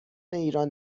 ایران